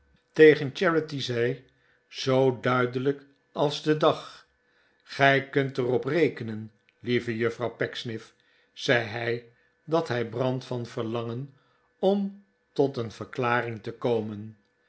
tegen charity zei zoo duidelijk als de dag gij kunt er op rekenen lieve juffrouw pecksniff zei zij dat hij brandt van verlangen om tot een verklaring te komen